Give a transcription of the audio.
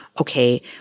okay